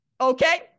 Okay